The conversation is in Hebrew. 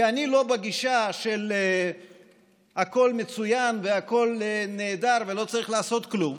כי אני לא בגישה של הכול מצוין והכול נהדר ולא צריך לעשות כלום,